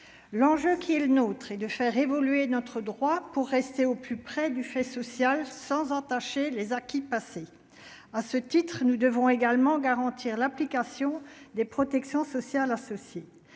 l'enjeu qui est le nôtre et de faire évoluer notre droit pour rester au plus près du fait social sans entacher les acquis passer à ce titre, nous devons également garantir l'application des protections sociales associent